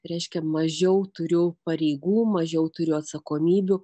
reiškia mažiau turiu pareigų mažiau turiu atsakomybių